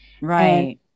Right